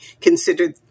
considered